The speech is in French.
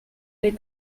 les